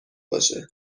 باشه